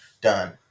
Done